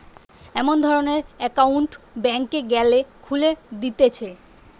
এমন ধরণের একউন্ট ব্যাংকে গ্যালে খুলে দিতেছে